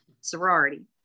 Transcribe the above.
sorority